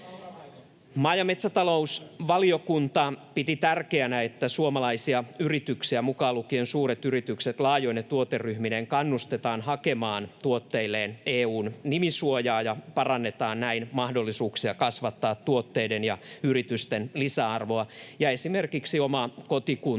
Maa- ja metsätalousvaliokunta piti tärkeänä, että suomalaisia yrityksiä, mukaan lukien suuret yritykset laajoine tuoteryhmineen, kannustetaan hakemaan tuotteilleen EU:n nimisuojaa ja parannetaan näin mahdollisuuksia kasvattaa tuotteiden ja yritysten lisäarvoa. Esimerkiksi oma kotikuntani